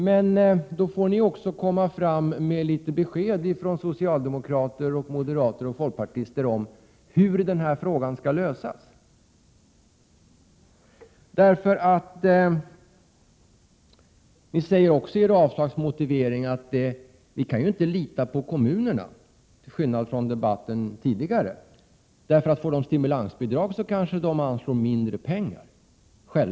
Men då får ni socialdemokrater, moderater och folkpartister lämna besked om hur denna fråga skall lösas, eftersom ni i er avslagsmotivering säger att man inte kan lita på kommunerna, till skillnad mot vad som gällde i den tidigare debatten. Ni säger att om kommunerna får stimulansbidrag kanske de anslår mindre pengar.